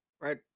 right